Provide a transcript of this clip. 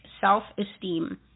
self-esteem